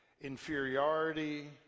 inferiority